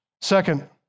Second